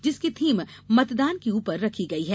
जिसकी थीम मतदान के ऊपर रखी गई है